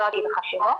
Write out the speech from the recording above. לא אגיד לך שלא,